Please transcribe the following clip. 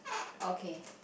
okay